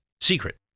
secret